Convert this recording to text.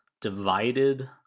divided